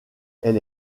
elle